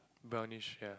brownish hair